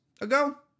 ago